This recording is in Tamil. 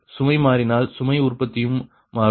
சுமை மாறினால் சுமை உற்பத்தியும் மாறும்